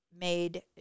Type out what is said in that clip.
Made